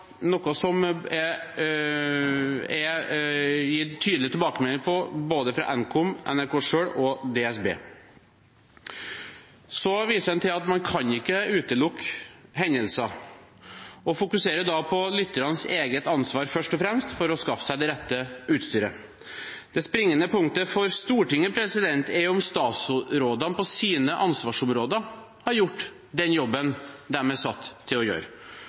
noe som er gitt tydelig tilbakemelding på fra både Nkom, NRK selv og DSB. Så viser han til at man ikke kan utelukke hendelser og fokuserer på lytternes eget ansvar – først og fremst – for å skaffe seg det rette utstyret. Det springende punktet for Stortinget er om statsrådene på sine ansvarsområder har gjort den jobben de er satt til å gjøre.